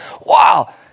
Wow